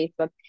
Facebook